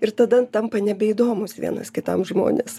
ir tada tampa nebeįdomūs vienas kitam žmonės